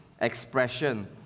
expression